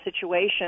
situation